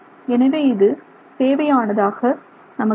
எனவே இது தேவையானதாக நமக்கு இல்லை